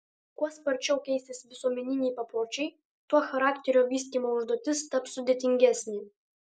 kuo sparčiau keisis visuomeniniai papročiai tuo charakterio vystymo užduotis taps sudėtingesnė